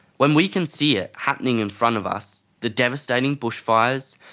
when we can see it happening in front of us the devastating bushfires,